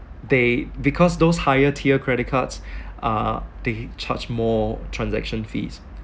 they because those higher tier credit cards are they charge more transaction fees